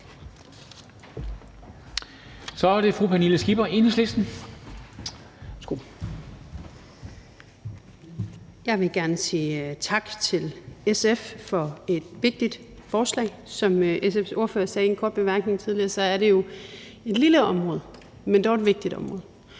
(Ordfører) Pernille Skipper (EL): Jeg vil gerne sige tak til SF for et vigtigt forslag. Som SF's ordfører sagde i en kort bemærkning tidligere, er det jo et lille område, men dog et vigtigt område.